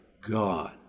God